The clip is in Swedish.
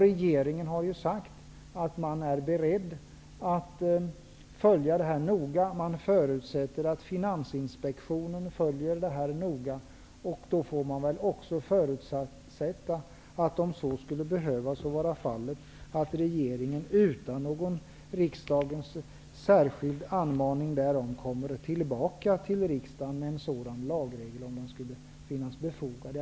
Regeringen har ju sagt att man är beredd att följa detta noga. Man förutsätter att Finansinspektionen följer detta noga. Då får vi också förutsätta att regeringen, utan någon riksdagens särskilda anmaning därom, kommer tillbaka till riksdagen med förslag till en sådan regel om det skulle behövas.